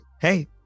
hey